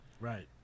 Right